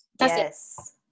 Yes